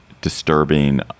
disturbing